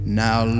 now